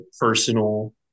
personal